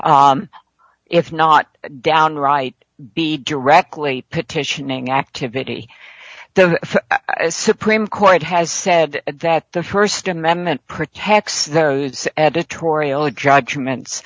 if not downright be directly petitioning activity the supreme court has said that the st amendment protects editorial judgments